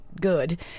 good